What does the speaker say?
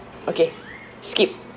okay skip